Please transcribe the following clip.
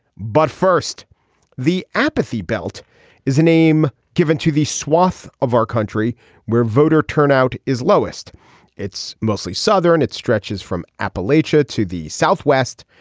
but first the apathy belt is a name given to the swath of our country where voter turnout is lowest it's mostly southern it stretches from appalachia to the southwest.